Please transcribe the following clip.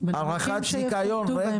-- מנימוקים שיפורטו בהמשך.